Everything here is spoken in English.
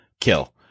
kill